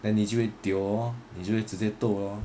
then 你就会 dio lor 你就直接 toh orh